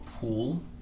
pool